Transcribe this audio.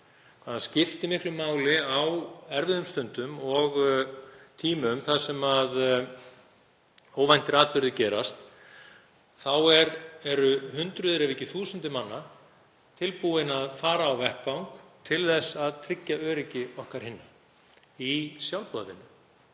þær skipta miklu máli á erfiðum stundum og tímum þegar óvæntir atburðir gerast. Þá eru hundruð ef ekki þúsundir manna tilbúin að fara á vettvang til að tryggja öryggi okkar hinna í sjálfboðavinnu.